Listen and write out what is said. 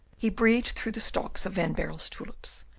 he breathed through the stalks of van baerle's tulips,